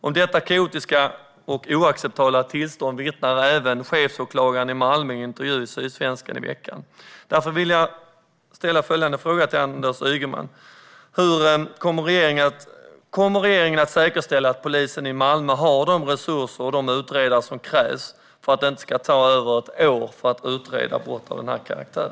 Om detta kaotiska och oacceptabla tillstånd vittnar även chefsåklagaren i Malmö i en intervju i Sydsvenskan i veckan. Därför vill jag ställa följande fråga till Anders Ygeman: Kommer regeringen att säkerställa att polisen i Malmö får de resurser och de utredare som krävs för att det inte ska ta över ett år att utreda brott av denna karaktär?